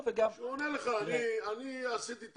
הוא אומר לך שהוא עשה טעות.